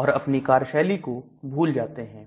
और अपनी कार्यशैली को भूल जाते हैं